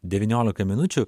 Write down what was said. devyniolika minučių